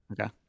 Okay